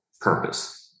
purpose